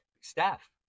staff